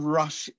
rush